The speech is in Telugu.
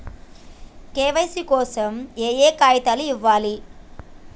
కే.వై.సీ కోసం ఏయే కాగితాలు ఇవ్వాలి?